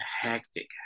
hectic